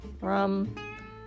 Rum